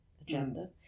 agenda